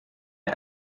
phi